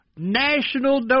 National